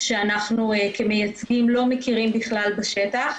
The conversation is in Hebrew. שאנחנו כמייצגים לא מכירים בכלל בשטח.